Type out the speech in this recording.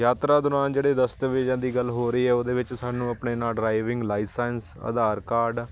ਯਾਤਰਾ ਦੌਰਾਨ ਜਿਹੜੇ ਦਸਤਾਵੇਜ਼ਾਂ ਦੀ ਗੱਲ ਹੋ ਰਹੀ ਹੈ ਉਹਦੇ ਵਿੱਚ ਸਾਨੂੰ ਆਪਣੇ ਨਾਲ ਡਰਾਈਵਿੰਗ ਲਾਇਸੈਂਸ ਆਧਾਰ ਕਾਰਡ